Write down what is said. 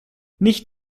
nicht